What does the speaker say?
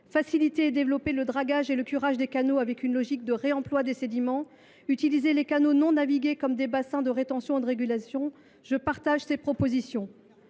faciliter et développer le dragage, ainsi que le curage des canaux, avec une logique de réemploi des sédiments, et utiliser les canaux non navigués comme des bassins de rétention et de régulation. Je souscris à ces propositions.